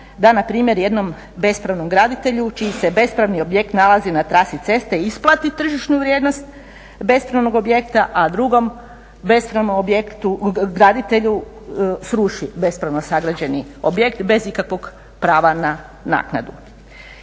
da na primjer jednom bespravnom graditelju čiji se bespravni objekt nalazi na trasi ceste isplati tržišnu vrijednost bespravnog objekta, a drugom graditelju sruši bespravno sagrađeni objekt bez ikakvog prava na naknadu.